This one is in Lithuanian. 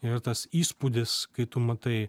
ir tas įspūdis kai tu matai